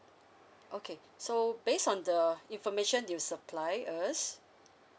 okay so based on the information you supply us